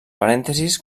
parèntesis